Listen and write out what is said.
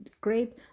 Great